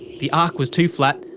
the arc was too flat,